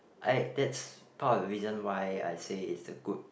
I that's part of the reason why I say it's a good